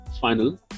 final